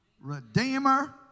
Redeemer